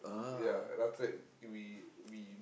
yeah and after that we we